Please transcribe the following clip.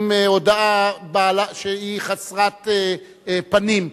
עם הודעה שאינה משתמעת לשתי פנים,